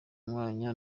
mwanya